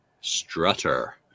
Strutter